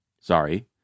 Sorry